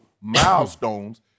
milestones